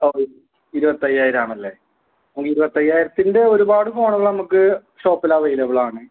ഇരുപത്തയ്യായിരം ആണല്ലേ ഇരുപത്തയ്യായിരത്തിൻ്റെ ഒരുപാട് ഫോണുകള് നമുക്ക് ഷോപ്പിൽ അവൈലബിളാണ്